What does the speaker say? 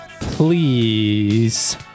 Please